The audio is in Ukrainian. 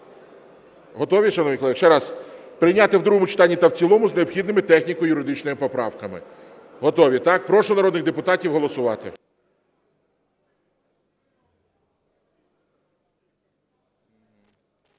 Готові, шановні колеги, ще раз, прийняти в другому читанні та в цілому з необхідними техніко-юридичними поправками? Готов, так? Прошу народних депутатів голосувати.